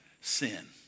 sin